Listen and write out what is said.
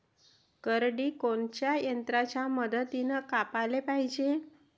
करडी कोनच्या यंत्राच्या मदतीनं कापाले पायजे?